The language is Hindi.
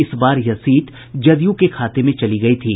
इस बार यह सीट जदयू के खाते में चली गयी थी